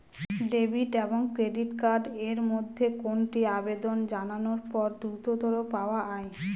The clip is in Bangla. ডেবিট এবং ক্রেডিট কার্ড এর মধ্যে কোনটি আবেদন জানানোর পর দ্রুততর পাওয়া য়ায়?